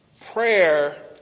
Prayer